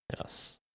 Yes